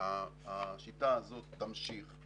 השיטה הזאת תמשיך,